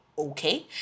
Okay